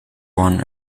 run